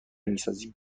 میسازیم